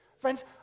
Friends